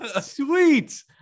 sweet